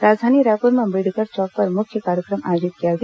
राजधानी रायपुर में अम्बेडकर चौक पर मुख्य कार्यक्रम आयोजित किया गया